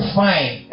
fine